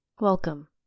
welcome